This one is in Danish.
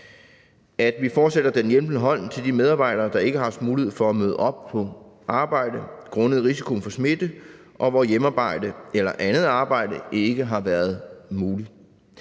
at give den hjælpende hånd til de medarbejdere, der ikke har haft mulighed for at møde op på arbejde grundet risikoen for smitte, og hvor hjemmearbejde eller andet arbejde ikke har været muligt.